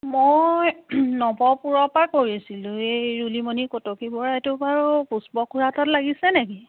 মই নৱপুৰৰ পৰা কৈ আছিলোঁ এই ৰুলিমণি কটকী বৰা এইটো বাৰু পুষ্প খুড়াৰ তাত লাগিছে নেকি